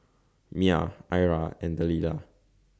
Myah Ira and Delilah